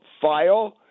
file